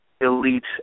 elite